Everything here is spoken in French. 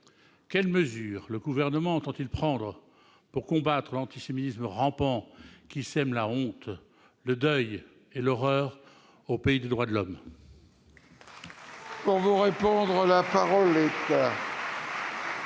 quelles mesures le Gouvernement entend-il prendre pour combattre l'antisémitisme rampant qui sème la honte, le deuil et l'horreur au pays des droits de l'homme ?